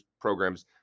programs